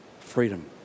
freedom